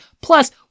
Plus